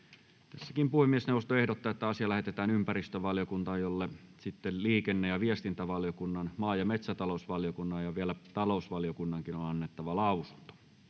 asia. Puhemiesneuvosto ehdottaa, että asia lähetetään ympäristövaliokuntaan, jolle liikenne- ja viestintävaliokunnan, maa- ja metsätalousvaliokunnan ja talousvaliokunnan on annettava lausunto.